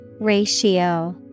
Ratio